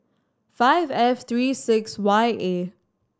five F three six Y A